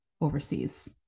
overseas